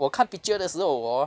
我看 picture 的时候 hor